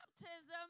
baptism